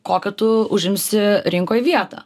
kokią tu užimsi rinkoj vietą